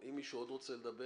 אם מישהו עוד רוצה לדבר